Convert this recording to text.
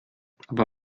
aber